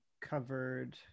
Covered